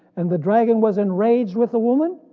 and the dragon was enraged with the woman,